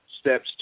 steps